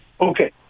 Okay